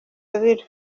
abira